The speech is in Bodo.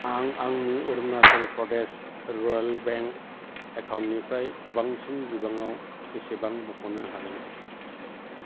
आं आंनि अरुनाचल प्रदेश रुरेल बेंक एकाउन्टनिफ्राय गोबांसिन बिबाङाव बेसेबां बख'नो हागोन